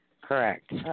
Correct